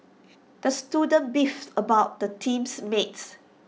the student beefed about his teams mates